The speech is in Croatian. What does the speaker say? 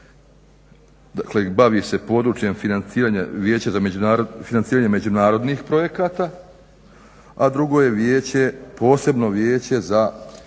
se bavi područjem financiranja međunarodnih projekata, a drugo je posebno vijeće za